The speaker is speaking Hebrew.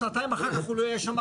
שנתיים אחר כך הוא לא יהיה שם.